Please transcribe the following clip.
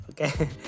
okay